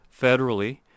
federally